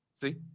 See